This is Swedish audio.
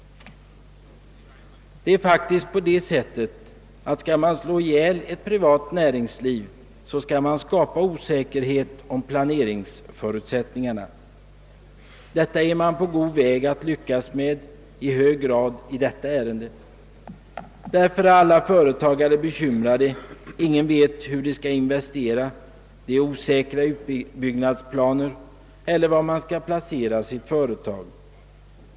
Skall man slå ihjäl ett privat näringsliv, skall man skapa osäkerhet om planeringsförutsättningarna. Detta är man på god väg att lyckas med. Därför är alla företagare bekymrade. Man vet inte hur man skall investera, utbyggnadsplanerna är osäkra, man vet inte var man skall placera sitt företag.